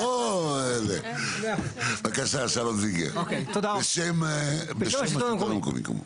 בבקשה, שלום זינגר, בשם השלטון המקומי.